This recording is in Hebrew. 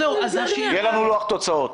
יהיה לנו לוח תוצאות.